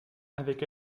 avec